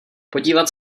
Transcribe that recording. podívat